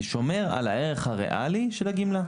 זה שומר על הערך הריאלי של הגמלה,